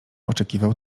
oczekiwał